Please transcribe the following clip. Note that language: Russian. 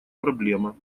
проблема